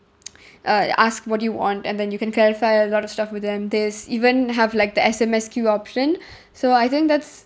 uh ask what you want and then you can clarify a lot of stuff with them there's even have like the S_M_S queue option so I think that's